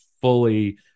fully